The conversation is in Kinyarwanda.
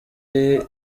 iyo